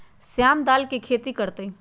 श्याम दाल के खेती कर तय